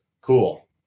Cool